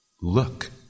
look